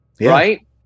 right